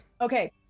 Okay